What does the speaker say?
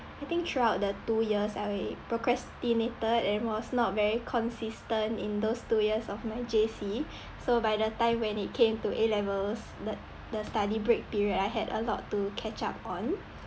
I think throughout the two years I procrastinated and was not very consistent in those two years of my J_C so by the time when it came to A levels the the study break period I had a lot to catch up on